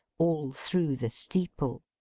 all through the steeple!